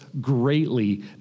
greatly